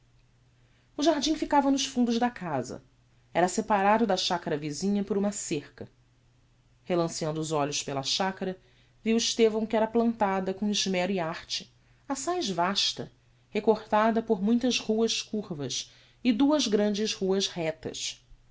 o jardim ficava nos fundos da casa era separado da chacara visinha por uma cerca relanceando os olhos pela chacara viu estevão que era plantada com esmero e arte assaz vasta recortada por muitas ruas curvas e duas grandes ruas rectas